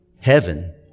heaven